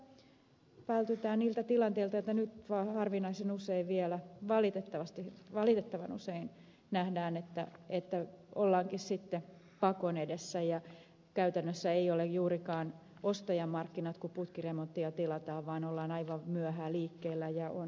vältytään niiltä tilanteilta joita nyt harvinaisen usein vielä valitettavan usein nähdään että ollaankin sitten pakon edessä ja käytännössä ei ole juurikaan ostajan markkinat kun putkiremonttia tilataan vaan ollaan aivan myöhään liikkeellä ja on myyjän markkinat